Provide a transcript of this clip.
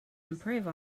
improve